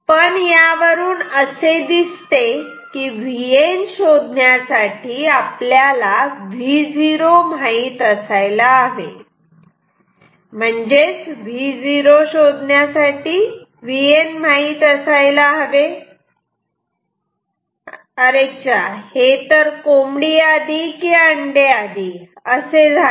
पण यावरून असे दिसते की Vn शोधण्यासाठी आपल्याला Vo माहीत असायला हवे म्हणजेच Vo शोधण्यासाठी Vn माहीत असायला हवे हे तर कोंबडी आधी की अंडे आधी असे झाले